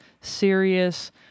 serious